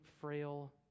frail